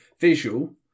visual